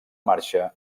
marxa